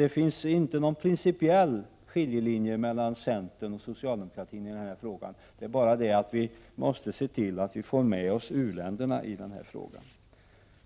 Det finns således inte någon principiell skiljelinje mellan centern och socialdemokraterna i denna fråga. Det är bara det att vi måste se till att vi får med oss u-länderna i detta sammanhang.